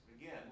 again